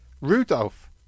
Rudolph